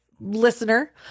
listener